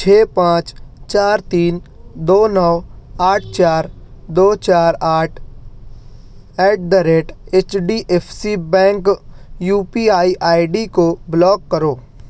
چھ پانچ چار تین دو نو آٹھ چار دو چار آٹھ at the rate H D F C bank U P I I D کو بلاک کرو